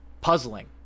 puzzling